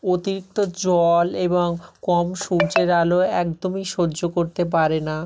অতিরিক্ত জল এবং কম সূর্যের আলো একদমই সহ্য করতে পারে না